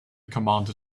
commander